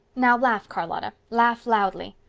now laugh, charlotta. laugh loudly.